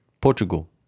Portugal